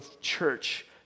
church